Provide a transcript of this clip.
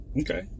Okay